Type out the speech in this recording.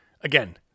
again